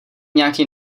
nějakej